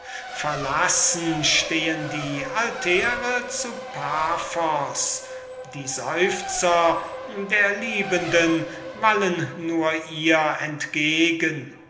verlassen stehn die altäre zu paphos die seufzer der liebenden wallen nur ihr entgegen